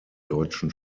deutschen